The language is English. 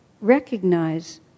recognize